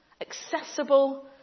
accessible